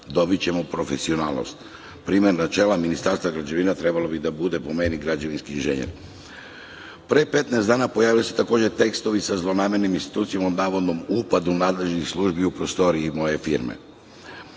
dobićemo profesionalnost. Primer, na čelu Ministarstva građevine trebalo bi da bude, po meni, građevinski inženjer. Pre 15 dana pojavili su se tekstovi o zlonamernim insinuacijama o navodnom upadu nadležnih službi u prostorije moje firme.